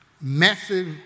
massive